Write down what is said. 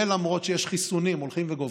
ולמרות שיש חיסונים הולכים וגוברים,